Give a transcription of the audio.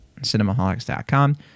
cinemaholics.com